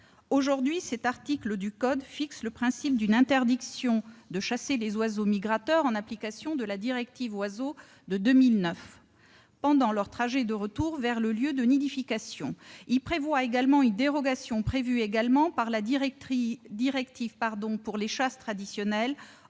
Aujourd'hui, cet article du code précité détermine le principe d'une interdiction de chasser les oiseaux migrateurs, en application de la directive Oiseaux de 2009, pendant leur trajet de retour vers leur lieu de nidification. Il comporte aussi une dérogation, prévue également par la directive pour les chasses traditionnelles,